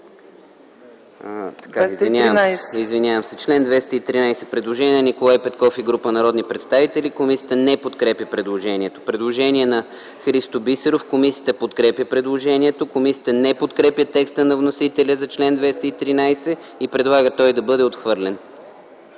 ЦИПОВ: По чл. 213 има предложение на Николай Петков и група народни представители. Комисията не подкрепя предложението. Предложение на Христо Бисеров. Комисията подкрепя предложението. Комисията не подкрепя текста на вносителя за чл. 213 и предлага той да бъде отхвърлен.